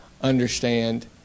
understand